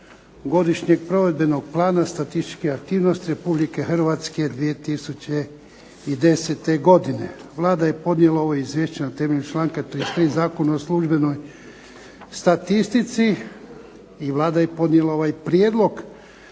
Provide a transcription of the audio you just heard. godišnjeg provedbenog plana statističkih aktivnosti Republike Hrvatske 2010. godine Vlada je podnijela ovo izvješće na temelju članka 33. Zakona o službenoj statistici. I Vlada je podnijela ovaj prijedlog